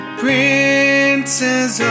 princes